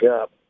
up